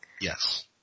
Yes